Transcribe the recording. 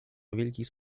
wielkich